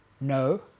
no